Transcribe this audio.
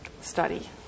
study